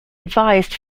advised